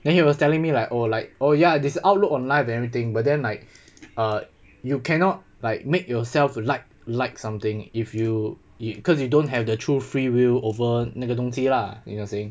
then he was telling me like oh like oh ya this outlook on life everything but then like err you cannot like make yourself like like something if you you cause you don't have the true free will over 那个东西 lah you know what I'm saying